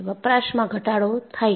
વપરાશમાં ઘટાડો થાય છે